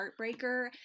heartbreaker